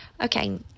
Okay